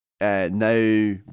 now